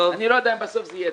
אני לא יודע אם בסוף זה יצא.